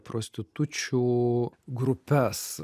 prostitučių grupes